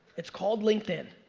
it's called linkedin.